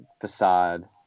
facade